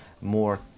more